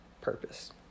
purpose